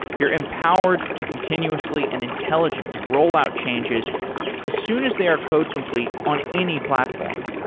you're empowered to continuously and intelligently rollout changes as soon as they are code complete on any platform,